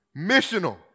missional